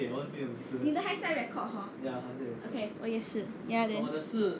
你的还在 record hor okay 我也是 ya then